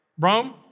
Rome